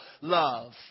love